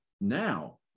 now